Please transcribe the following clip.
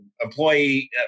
employee